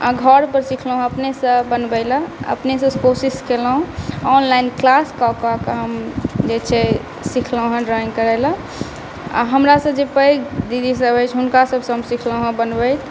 आ घरपर सिखलहुॅं हेँ अपनेसॅं बनबै लए अपनेसॅं कोशिश केलहुँ आनलाइन क्लास कऽ कऽ कए हम जे छै सिखलहुॅं हेँ ड्राइंग करय लए आ हमरासँ जे पैघ दीदी सब अछि हुनका सबसँ हम सिखलहुॅं हेँ बनबैत